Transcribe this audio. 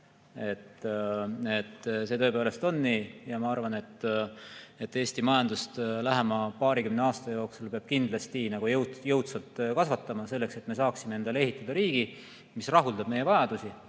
See tõepoolest on nii. Ma arvan, et Eesti majandust lähema paarikümne aasta jooksul peab kindlasti jõudsalt kasvatama, selleks et me saaksime endale ehitada riigi, mis rahuldab meie vajadusi,